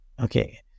Okay